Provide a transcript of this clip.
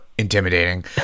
Intimidating